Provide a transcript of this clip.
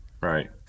right